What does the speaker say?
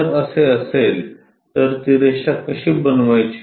जर असे असेल तर ती रेषा कशी बनवायची